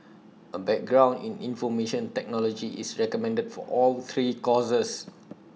A background in information technology is recommended for all three courses